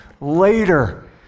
later